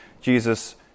Jesus